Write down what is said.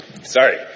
sorry